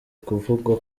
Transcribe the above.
kuvugwa